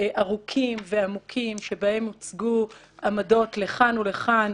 ארוכים ועמוקים שבהם הוצגו עמדות לכאן ולכאן,